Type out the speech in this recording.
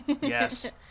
Yes